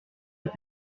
est